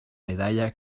medalla